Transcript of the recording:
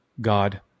God